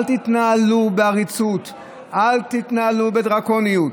אל תתנהלו בעריצות, אל תתנהלו בדרקוניות,